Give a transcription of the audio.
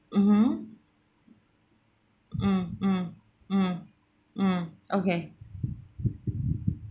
mmhmm mm mm mm mm okay